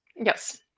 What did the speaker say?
Yes